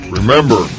Remember